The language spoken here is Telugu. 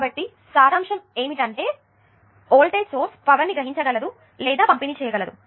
కాబట్టి సారాంశం ఏమిటంటే వోల్టేజ్ సోర్స్ పవర్ ని గ్రహించగలదు లేదా పంపిణీ చేయగలదు